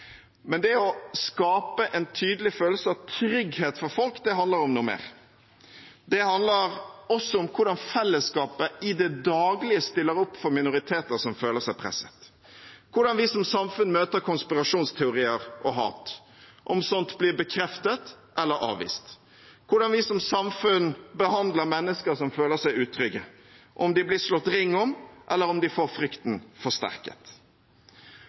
men det å skape en tydelig følelse av trygghet for folk handler om noe mer. Det handler også om hvordan fellesskapet i det daglige stiller opp for minoriteter som føler seg presset, hvordan vi som samfunn møter konspirasjonsteorier og hat, om slikt blir bekreftet eller avvist, hvordan vi som samfunn behandler mennesker som føler seg utrygge, om de blir slått ring om, eller om de får frykten forsterket.